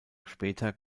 später